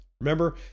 remember